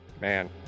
Man